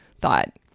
thought